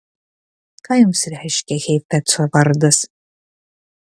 ką jums reiškia heifetzo vardas